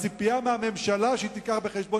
הציפייה מהממשלה היא שהיא תביא בחשבון